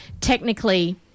Technically